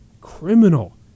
criminal